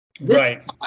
right